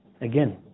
again